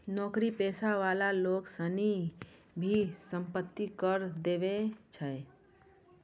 नौकरी पेशा वाला लोग सनी भी सम्पत्ति कर देवै छै